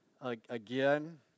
again